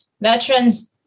Veterans